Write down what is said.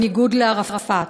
בניגוד לערפאת.